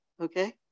Okay